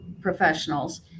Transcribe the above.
professionals